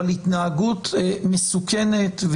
אבל התנהגות מסוכנת,